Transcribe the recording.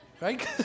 Right